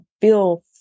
feel